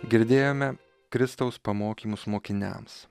girdėjome kristaus pamokymus mokiniams